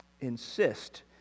insist